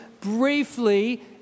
briefly